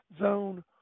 zone